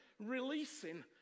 releasing